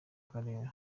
karere